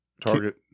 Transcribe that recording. target